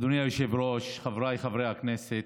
אדוני היושב-ראש, חבריי חברי הכנסת,